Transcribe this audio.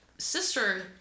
Sister